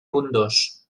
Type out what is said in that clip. abundós